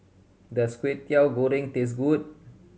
does Kwetiau Goreng taste good